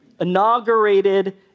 Inaugurated